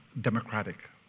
democratic